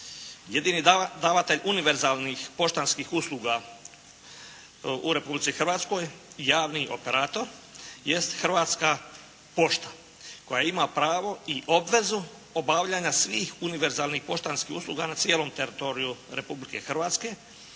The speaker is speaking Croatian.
Jedini davatelj univerzalnih poštanskih usluga u Republici Hrvatskoj, javni operator jest Hrvatska pošta koja ima pravo i obvezu obavljanja svih univerzalnih poštanskih usluga na cijelom teritoriju Republike Hrvatske,